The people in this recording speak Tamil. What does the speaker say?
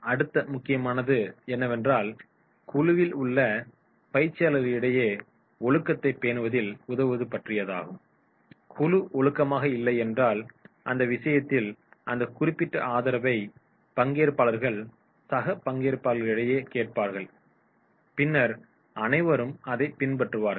அடுத்த முக்கியமானது என்னவென்றால் குழுவில் உள்ள பயிற்சியாளர்களிடையே ஒழுக்கத்தை பேணுவதில் உதவுவது பற்றியதாகும் குழு ஒழுக்கமாக இல்லை என்றால் அந்த விஷயத்தில் அந்த குறிப்பிட்ட ஆதரவை பங்கேற்பாளர்கள் சக பங்கேற்பாளர்களிடையே கேட்பார்கள் பின்னர் அனைவரும் அதைப் பின்பற்றுவார்கள்